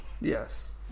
Yes